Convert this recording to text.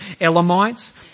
Elamites